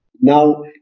Now